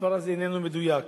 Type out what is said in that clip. המספר איננו מדויק,